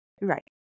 Right